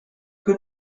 que